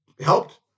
helped